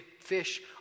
fish